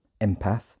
Empath